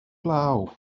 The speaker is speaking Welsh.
glaw